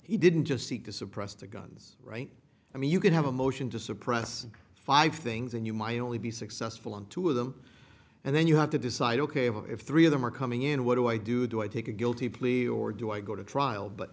he didn't just seek to suppress the guns right i mean you could have a motion to suppress five things and you my only be successful on two of them and then you have to decide ok if three of them are coming in what do i do do i take a guilty plea or do i go to trial but